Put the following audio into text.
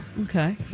Okay